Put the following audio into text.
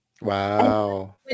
Wow